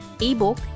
ebook